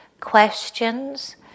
questions